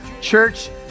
church